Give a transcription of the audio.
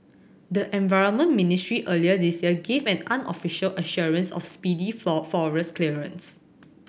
the environment ministry earlier this year gave an unofficial assurance of speedy for forest clearance